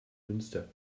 münster